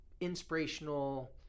inspirational